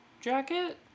jacket